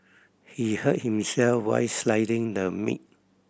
he hurt himself while slicing the meat